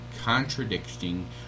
contradicting